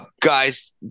guys